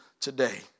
today